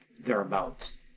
thereabouts